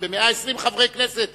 ב-120 חברי כנסת,